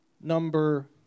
number